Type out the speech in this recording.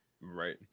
Right